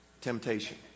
temptation